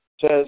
says